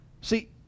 See